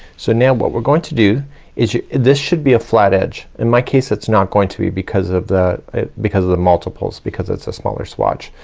so now what we're going to do is this should be a flat edge in my case it's not going to be because of the because of the multiples because it's a smaller swatch.